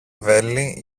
βέλη